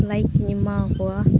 ᱞᱟᱭᱤᱠᱤᱧ ᱮᱢᱟᱣ ᱟᱠᱚᱣᱟ